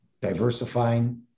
diversifying